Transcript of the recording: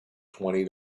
twenty